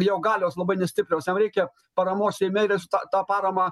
jo galios labai nestiprios jam reikia paramos seime ir jis tą tą paramą